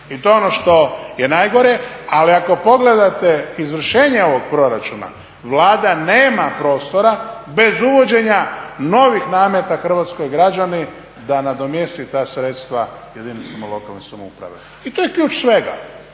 I to je ono što je najgore. Ali ako pogledate izvršenje ovog proračuna Vlada nema prostora bez uvođenja novih nameta hrvatskim građanima da nadomjesti ta sredstva jedinicama lokalne samouprave. I to je ključ svega.